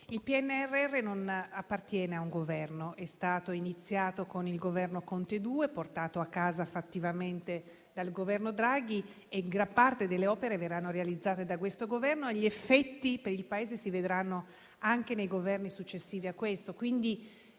il PNRR non appartiene a un Governo: è stato iniziato con il Governo Conte 2, portato a casa fattivamente dal Governo Draghi e gran parte delle opere verrà realizzata da questo Governo e gli effetti per il Paese si vedranno anche nei Governi successivi a questo.